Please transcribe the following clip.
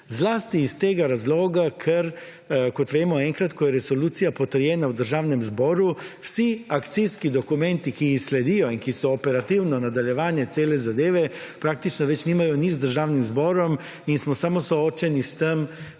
zlasti iz tega razloga ker, kot vemo, enkrat ko je resolucija potrjena v Državnem zboru, vsi akcijski dokumenti, ki ji sledijo in ki so operativno nadaljevanje cele zadeve praktično več nimajo nič z Državnim zborom in smo soočeni s tem,